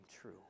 true